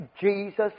Jesus